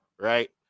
right